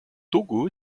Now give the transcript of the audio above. togo